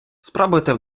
спробуйте